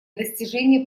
достижения